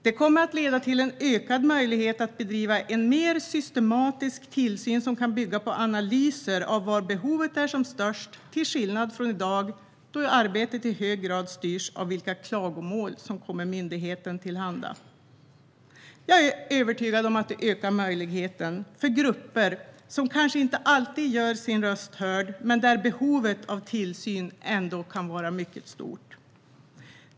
Det kommer att leda till ökade möjligheter att bedriva mer systematisk tillsyn som kan bygga på analyser av var behovet är som störst, till skillnad från i dag, då arbetet i hög grad styrs av vilka klagomål som kommer myndigheten till handa. Jag är övertygad om att det ökar möjligheterna för grupper som kanske inte alltid gör sin röst hörd men vars behov av tillsyn ändå kan vara mycket stort.